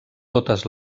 totes